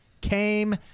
came